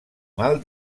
mal